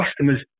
customers